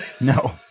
No